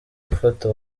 gufata